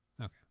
Okay